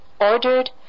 ordered